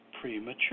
premature